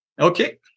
Okay